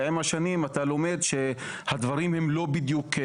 ועם השנים אתה לומד שהדברים הם לא בדיוק.